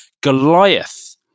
Goliath